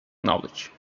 knowledge